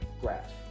graph